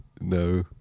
No